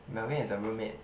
Melvin has a roommate